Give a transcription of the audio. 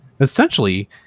essentially